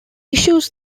issues